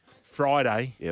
Friday